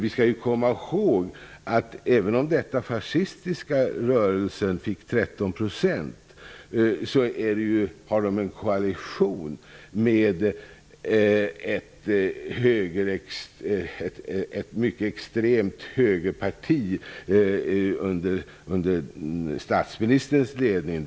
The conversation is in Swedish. Vi skall komma ihåg att även om denna fascistiska rörelse fick 13 % så har de en koalition med ett mycket extremt högerparti under statsministerns ledning.